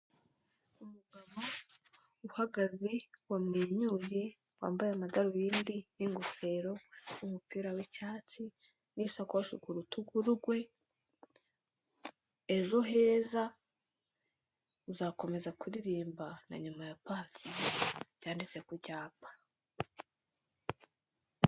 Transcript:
Umugabo uhagaze wamwenyure wambaye amadarubindi n'ingofero, umupira w'icyatsi, n'isakoshi ku rutugu rwe. Ejo heza uzakomeza kuririmba na nyuma ya pansiyo byanditse ku cyapa.